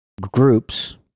groups